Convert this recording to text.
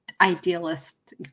idealist